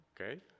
Okay